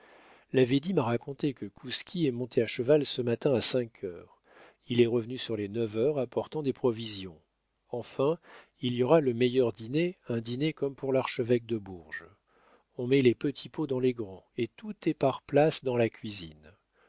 la védie m'a raconté que kouski est monté à cheval ce matin à cinq heures il est revenu sur les neuf heures apportant des provisions enfin il y aura le meilleur dîner un dîner comme pour l'archevêque de bourges on met les petits pots dans les grands et tout est par places dans la cuisine